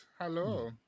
Hello